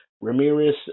Ramirez